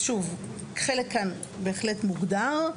שוב, חלק כאן בהחלט מוגדר,